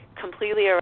completely